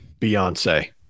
Beyonce